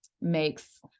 makes